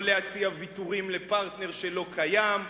לא להציע ויתורים לפרטנר שלא קיים,